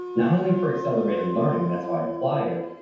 not only for accelerated learning, that's how i apply it,